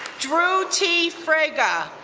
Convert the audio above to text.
drew t. frager,